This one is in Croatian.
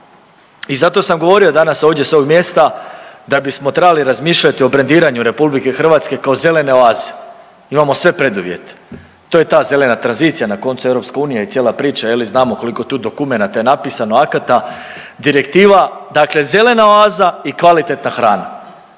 I zato sam govorio danas ovdje s ovog mjesta da bismo trebali razmišljati o brendiranju RH kao zelene oaze. Imamo sve preduvjete, to je ta zelena tranzicija. Na koncu EU i cijela priča je li znamo koliko tu dokumenata je napisano, akata, direktiva, dakle zelena oaza i kvalitetna hrana.